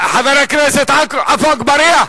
חבר הכנסת עפו אגבאריה.